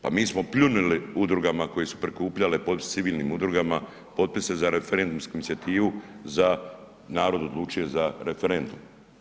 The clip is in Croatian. Pa mi smo pljunuli udrugama koje su prikupljale pod civilnim udrugama potpise za referendumsku inicijativu za „Narod odlučuje“, za referendum.